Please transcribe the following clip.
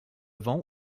vent